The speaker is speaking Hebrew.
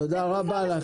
תודה רבה לך.